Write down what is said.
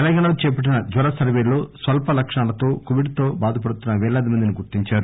తెలంగాణలో చేపట్టిన జ్వర సర్వేలో స్వల్ప లక్షణాలతో కోవిడ్ తో బాధ పడుతున్న పేలాది మందిని గుర్తించారు